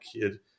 kid